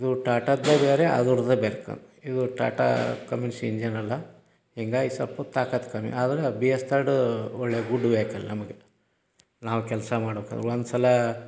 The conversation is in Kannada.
ಇದು ಟಾಟಾದ್ದೇ ಬೇರೆ ಅದರ್ದೇ ಬೇರೆ ಇದು ಟಾಟಾ ಕಮಿಸ್ ಇಂಜನ್ ಅಲ್ಲ ಹಿಂಗಾಗ್ ಸಲ್ಪ ತಾಕತ್ತು ಕಮ್ಮಿ ಆದ್ರೆ ಬಿ ಎಸ್ ತರ್ಡು ಒಳ್ಳೆಯ ಗುಡ್ ವೆಹಿಕಲ್ ನಮಗೆ ನಾವು ಕೆಲಸ ಮಾಡ್ಬೇಕಾರ್ ಒಂದು ಸಲ